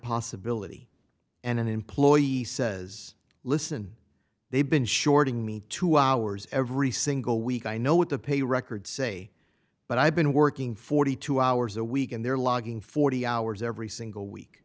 possibility and an employee says listen they've been shorting me two hours every single week i know what the pay records say but i've been working forty two hours a week and they're logging forty hours every single week